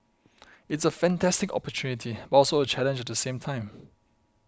it's a fantastic opportunity but also a challenge at the same time